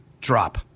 drop